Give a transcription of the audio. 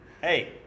Hey